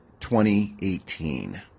2018